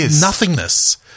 nothingness